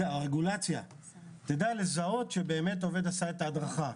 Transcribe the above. שהרגולציה תדע לזהות שבאמת עובד קיבל את ההדרכה.